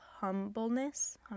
humbleness